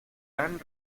han